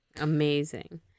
Amazing